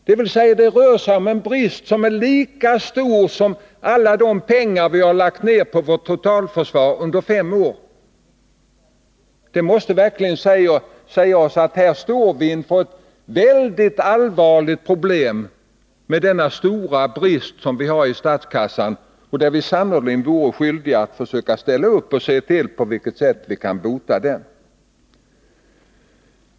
Det rör sig alltså om en brist som är lika stor som alla de pengar som vi har lagt ned på vårt totalförsvar under fem år. Med denna stora brist i statskassan står vi verkligen inför ett allvarligt problem, och vi är då skyldiga att se till på vilket sätt vi kan lösa det.